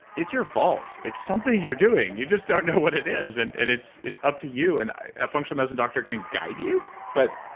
it's your fault. it's something you're doing. you just don't know what it is. and and it's it's up to you. and a ah functional medicine doctor can guide you but,